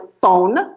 phone